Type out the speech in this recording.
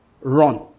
Run